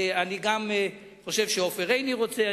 אני חושב שגם עופר עיני רוצה,